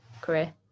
career